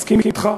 מסכים אתך,